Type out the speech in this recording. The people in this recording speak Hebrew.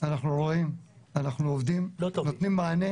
אנחנו נותנים מענה